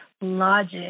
logic